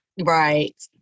Right